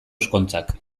ezkontzak